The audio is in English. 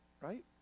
right